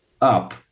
up